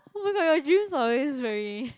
oh my god your dreams are always very